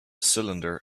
cylinder